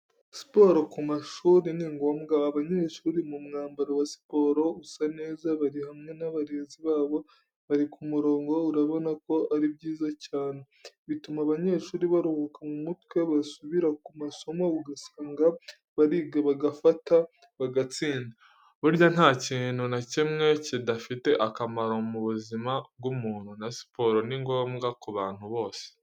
Siporo ku mashuri ni ngombwa, abanyeshuri mu mwambaro wa siporo usa neza bari hamwe n'abarezi babo bari ku murongo urabona ko ari byiza cyane bituma abanyeshuri baruhuka mu mutwe, basubira ku masomo ugasanga bariga bagafata bagatsinda. Burya ntakintu na kimwe kidafite akamaro mu buzima bw'umuntu na siporo ni ngombwa ku bantu bose.